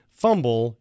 fumble